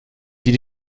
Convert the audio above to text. die